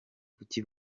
kuki